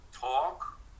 talk